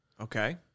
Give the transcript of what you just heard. Okay